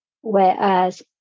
whereas